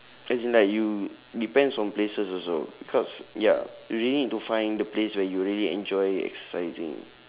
as in like you depends on places also because ya really need to find the place where you really enjoy exercising